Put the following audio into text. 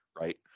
right